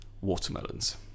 Watermelons